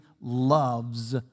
loves